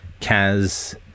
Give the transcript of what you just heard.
Kaz